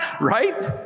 right